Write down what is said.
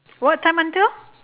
what time until